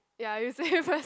ya you say first